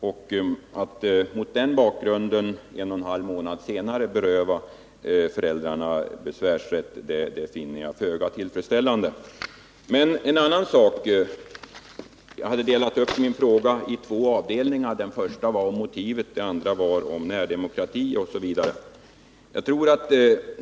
Mot den bakgrunden finner jag det föga tillfredsställande att man en och en halv månad senare berövar föräldrarna besvärsrätten. Jag hade delat upp min fråga i två delar. Den första gällde motivet, den andra närdemokratin etc.